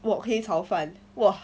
wok hei 炒饭 !wah!